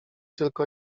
tylko